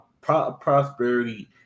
Prosperity